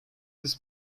this